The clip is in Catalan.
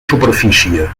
superfície